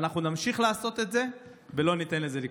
ואנחנו נמשיך לעשות את זה ולא ניתן לזה לקרות.